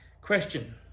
Question